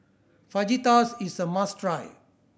fajitas is a must try